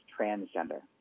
transgender